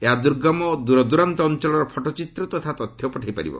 ଏହା ଦୁର୍ଗମ ଓ ଦୂରାଦୂରନ୍ତ ଅଞ୍ଚଳର ଫଟୋ ଚିତ୍ର ତଥା ତଥ୍ୟ ପଠାଇ ପାରିବ